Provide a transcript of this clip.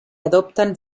adoptan